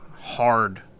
hard